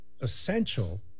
essential